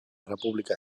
república